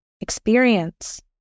experience